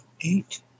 eight